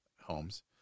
homes